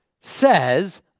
says